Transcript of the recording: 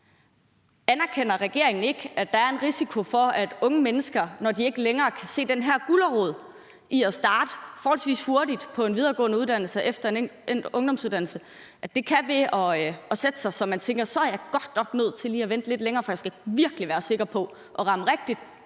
Anerkender regeringen ikke, at der er en risiko for, at unge mennesker, når de ikke længere kan se den her gulerod ved at starte forholdsvis hurtigt på en videregående uddannelse efter endt ungdomsuddannelse, vil tænke: Så er jeg godt nok nødt til at lige at vente lidt længere, for jeg skal virkelig være sikker på at ramme rigtigt,